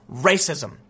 racism